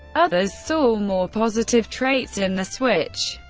others saw more positive traits in the switch.